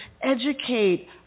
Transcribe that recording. educate